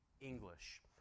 English